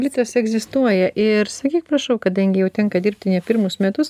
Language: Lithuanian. mitas egzistuoja ir sakyk prašau kadangi jau tenka dirbti ne pirmus metus